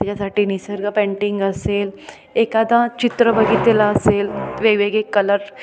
त्याच्यासाठी निसर्ग पेंटिंग असेल एखादा चित्र बघितलेला असेल वेगवेगळे कलर